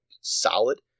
solid